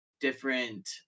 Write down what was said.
different